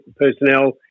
personnel